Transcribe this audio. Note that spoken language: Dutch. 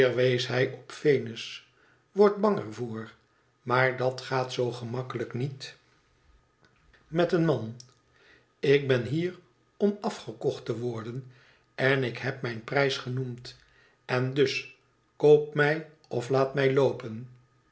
op venus wordt bang er voor maar dat gaat zoo gemakkelijk niet met een man ik ben hier om afgekocht te worden en ik heb mijn prijs genoemd en dus koop mij of laat mij loopen